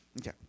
Okay